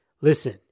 Listen